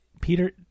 Peter